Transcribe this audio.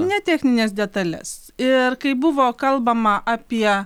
ne technines detales ir kaip buvo kalbama apie